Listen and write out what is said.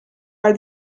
are